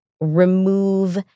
remove